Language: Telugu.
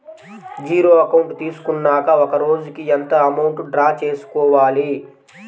జీరో అకౌంట్ తీసుకున్నాక ఒక రోజుకి ఎంత అమౌంట్ డ్రా చేసుకోవాలి?